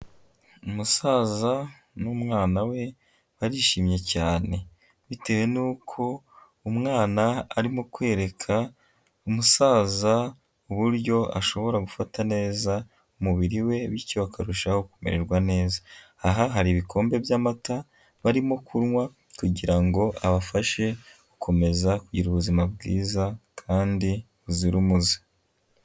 Umusaza n'umwana we barishimye cyane bitewe n'uko umwana arimo kwereka umusaza uburyo ashobora gufata neza umubiri we bityo akarushaho kumererwa neza. Aha hari ibikombe by'amata barimo kunywa kugira ngo abafashe gukomeza kugira ubuzima bwiza kandi buzira umuze.